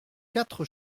quatre